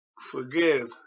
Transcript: forgive